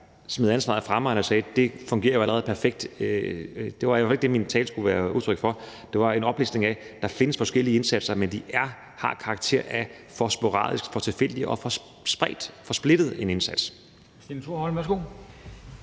smed ansvaret fra mig eller sagde, at det jo allerede fungerer perfekt, var det ikke det, min tale skulle være udtryk for. Min tale skulle være en oplistning af, at der findes forskellige indsatser, men at indsatsen har karakter af at være for sporadisk, for tilfældig og for spredt og splittet. Kl.